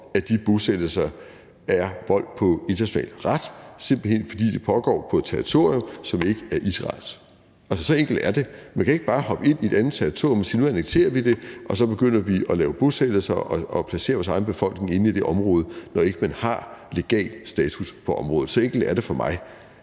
at de bosættelser er vold på international ret, simpelt hen fordi det pågår på et territorium, som ikke er Israels. Så enkelt er det. Man kan ikke bare hoppe ind på et andet territorium og sige, at nu annekterer vi det, og så begynder vi at lave bosættelser og placerer vores egen befolkning inde i det område, når ikke man har legal status på området. Så enkelt er det for mig.